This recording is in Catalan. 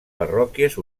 parròquies